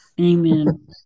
Amen